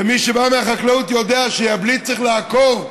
ומי שבא מהחקלאות יודע שיבלית צריך לעקור,